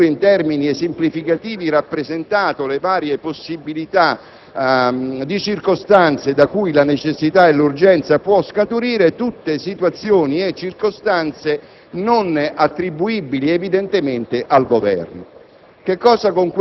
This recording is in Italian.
ha - sia pure in termini esemplificativi - rappresentato le varie possibilità di circostanze da cui la necessità e l'urgenza possono scaturire, tutte situazioni e circostanze non attribuibili al Governo.